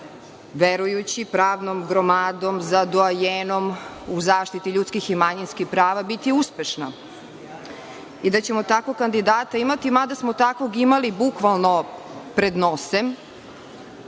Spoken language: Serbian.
verujući, pravnom gromadom, za doajenom u zaštiti ljudskih i manjinskih prava biti uspešna i da ćemo takvog kandidata imati. Mada, takvog smo imali bukvalno pred nosem